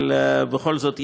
אבל בכל זאת,